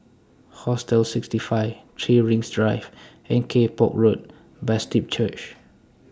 Hostel sixty five three Rings Drive and Kay Poh Road Baptist Church